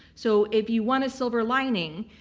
so if you want a silver lining,